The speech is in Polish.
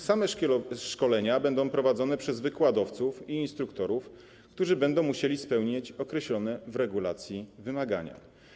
Same szkolenia będą prowadzone przez wykładowców i instruktorów, którzy będą musieli spełnić określone w regulacji wymagania.